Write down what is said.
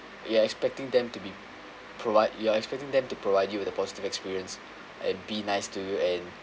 you are expecting them to be provide you are expecting them to provide you with a positive experience and be nice to you and